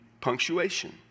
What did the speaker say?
punctuation